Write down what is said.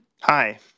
Hi